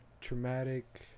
traumatic